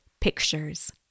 pictures